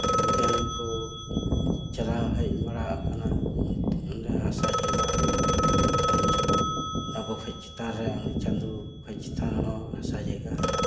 ᱵᱳᱭᱜᱟᱱᱤᱠ ᱠᱚ ᱪᱟᱞᱟᱣ ᱦᱮᱡ ᱵᱟᱲᱟᱣ ᱠᱟᱱᱟ ᱱᱚᱰᱮ ᱦᱟᱥᱟ ᱡᱟᱭᱜᱟ ᱪᱟᱸᱫᱳ ᱟᱵᱚ ᱠᱷᱚᱱ ᱪᱮᱛᱟᱱ ᱨᱮ ᱩᱱᱤ ᱪᱟᱸᱫᱳ ᱠᱷᱚᱱ ᱪᱮᱛᱟᱱ ᱨᱮ ᱦᱚᱸ ᱦᱟᱥᱟ ᱡᱟᱭᱜᱟ ᱦᱮᱱᱟᱜᱼᱟ